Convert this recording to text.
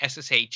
SSH